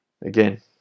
Again